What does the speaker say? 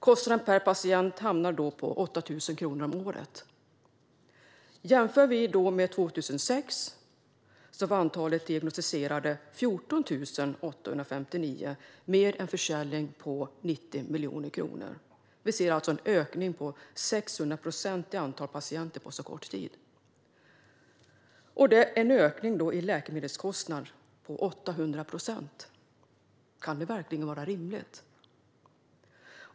Kostnaden per patient hamnar då på 8 000 kronor om året. År 2006 var antalet diagnostiserade 14 859, och försäljningen låg på 90 miljoner kronor. Vi ser alltså en 600-procentig ökning av antalet patienter på så kort tid. Vi ser också en 800-procentig ökning av läkemedelskostnaderna. Kan det verkligen vara rimligt?